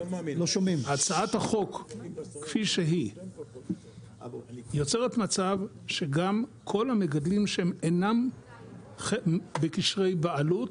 הצעת החוק כפי שהיא יוצרת מצב שגם כל המגדלים שהם אינם בקשרי בעלות,